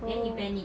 then he panicked